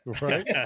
Right